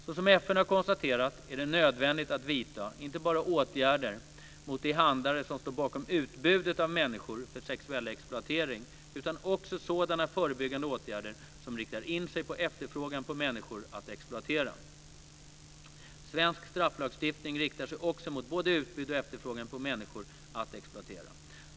Såsom FN har konstaterat är det nödvändigt att vidta inte bara åtgärder mot de "handlare" som står bakom utbudet av människor för sexuell exploatering utan också sådana förebyggande åtgärder som riktar in sig på efterfrågan på människor att exploatera. Svensk strafflagstiftning riktar sig också mot både utbud och efterfrågan på människor att exploatera.